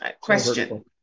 question